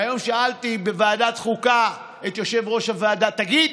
היום שאלתי בוועדת חוקה את יושב-ראש הוועדה: תגיד,